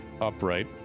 upright